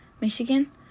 michigan